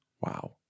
Wow